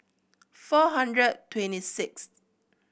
four hundred twenty sixth